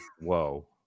whoa